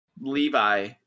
Levi